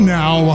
now